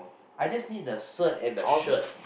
I just need the cert and the shirt